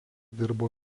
dirbo